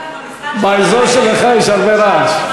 באזור שלך יש הרבה רעש.